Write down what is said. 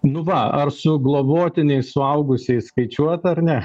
nu va ar su globotiniais suaugusiais skaičiuot ar ne